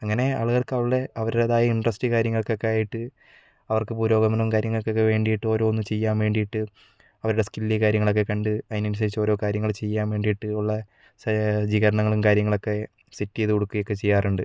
അങ്ങനെ ആളുകൾക്ക് അവളുടെ അവരുടേതായ ഇന്ററസ്റ്റ് കാര്യങ്ങൾക്ക് ഒക്കെയായിട്ട് അവർക്ക് പുരോഗമനം കാര്യങ്ങക്കൊക്കെ വേണ്ടിയിട്ട് ഓരോന്ന് ചെയ്യാൻ വേണ്ടിയിട്ട് അവരുടെ സ്കില്ല് കാര്യങ്ങളൊക്കെ കണ്ട് അതിനനുസരിച്ച് ഓരോ കാര്യങ്ങൾ ചെയ്യാൻ വേണ്ടിയിട്ട് ഉള്ള സജ്ജീകരണങ്ങളും കാര്യങ്ങളൊക്കെ സെറ്റ് ചെയ്ത് കൊടുക്കുകയൊക്കെ ചെയ്യാറുണ്ട്